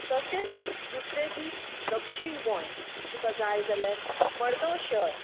तशेंच दुसरें दीस दक्षीण गोंय तुका जाय जाल्यार मडगांव शहर